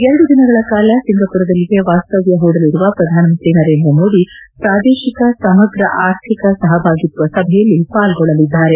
ಎರಡು ದಿನಗಳ ಕಾಲ ಸಿಂಗಾಪುರದಲ್ಲಿಯೇ ವಾಸ್ತವ್ಯ ಹೂಡಲಿರುವ ಪ್ರಧಾನಮಂತ್ರಿ ನರೇಂದ್ರ ಮೋದಿ ಪ್ರಾದೇಶಿಕ ಸಮಗ್ರ ಆರ್ಥಿಕ ಸಹಭಾಗಿತ್ವ ಸಭೆಯಲ್ಲಿ ಪಾಲ್ಗೊಳ್ಳಲಿದ್ದಾರೆ